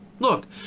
Look